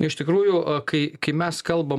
iš tikrųjų kai kai mes kalbam